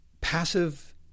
passive